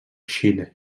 xile